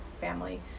family